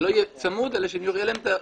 שלא יהיה צמוד אלא שיהיה להם החופש,